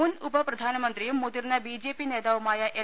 മുൻ ഉപ പ്രധാനമന്ത്രിയും മുതിർന്ന ബി ജെ പി നേതാവു മായ എൽ